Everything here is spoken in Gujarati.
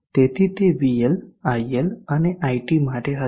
તેથી તે VL iL અને iT માટે હશે